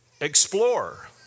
explore